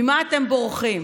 ממה אתם בורחים?